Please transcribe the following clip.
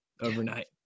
overnight